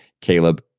Caleb